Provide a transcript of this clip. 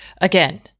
again